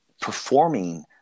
performing